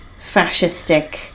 fascistic